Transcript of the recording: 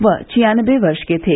वह छियान्नबे वर्ष के थे